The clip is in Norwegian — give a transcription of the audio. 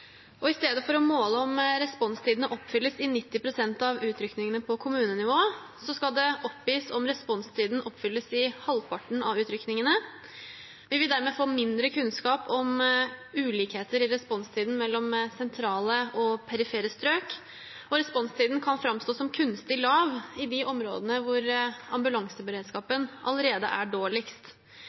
I stedet for å måle hvorvidt responstidene oppfylles i 90 prosent av utrykningene på kommunenivå, skal det oppgis om responstidene oppfylles i halvparten av utrykningene. Vi vil dermed få mindre kunnskap om ulikheter i responstiden mellom sentrale og perifere strøk, og responstiden kan fremstå kunstig lav i de områdene hvor ambulanseberedskapen allerede er dårligst.